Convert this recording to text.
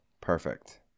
Perfect